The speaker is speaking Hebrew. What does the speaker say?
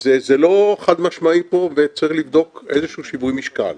אז זה לא חד משמעי פה וצריך לבדוק איזשהו שיווי משקל.